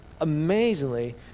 Amazingly